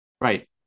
Right